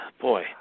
boy